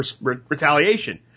retaliation